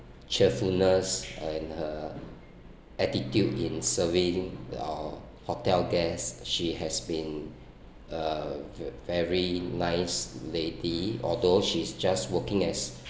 cheerfulness and her attitude in servicing uh hotel guest she has been a very nice lady although she's just working as